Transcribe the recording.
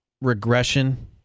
regression